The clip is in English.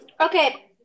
Okay